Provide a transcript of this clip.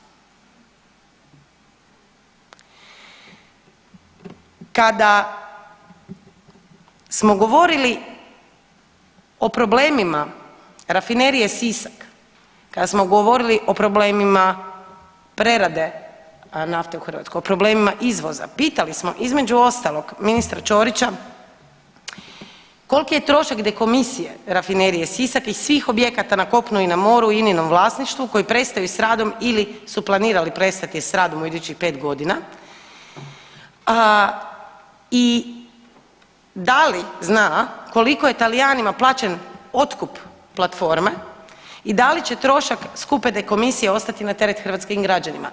Kada smo govorili o problemima Rafinerije Sisak, kada smo govorili o problemima prerade nafte u Hrvatskoj, o problemima izvoza pitali smo između ostalog ministra Čorića koliki je trošak dekomisije Rafinerije Sisak i svih objekata na kopnu i na moru u Ininom vlasništvu koji prestaju s radom ili su planirali prestati s radom u idućih 5 godina i da li zna koliko je Talijanima plaćen otkup platforme i da li će trošak skupe dekomisije ostati na teret hrvatskim građanima.